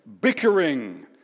bickering